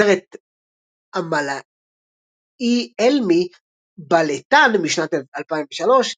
משנת 1994. בסרט המלאיאלמי "Baletan" משנת 2003,